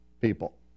people